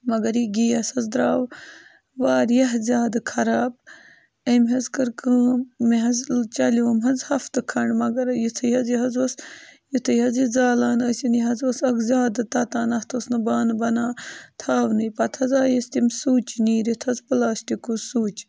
مگر یہِ گیس حظ درٛاو واریاہ زیادٕ خراب أمۍ حظ کٔر کٲم مےٚ حظ چَلیوم حظ ہَفتہٕ کھنٛڈ مگر یُتھُے حظ یہِ حظ اوس یِتھُے حظ یہِ زالان ٲسِن یہِ حظ اوس اکھ زیادٕ تَتان اَتھ اوس نہٕ بانہٕ بَنان تھاونٕے پَتہٕ حظ آیس تِم سُچ نیٖرِتھ حظ پٕلاسٹِکوٗ سُچ